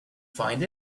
find